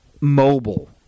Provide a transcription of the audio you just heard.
mobile